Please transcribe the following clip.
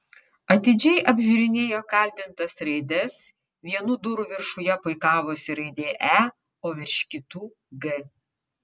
atidžiai apžiūrinėjo kaldintas raides vienų durų viršuje puikavosi raidė e o virš kitų g